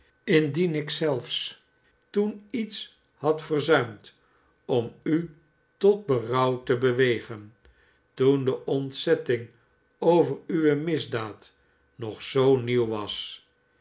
indien ik zelfs toen iets heb verzuimd om u tot berouw te bewegen toen de ontzetting over uwe misdaad nog zoo nieuw was